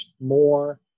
more